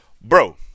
Bro